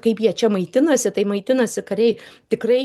kaip jie čia maitinasi tai maitinasi kariai tikrai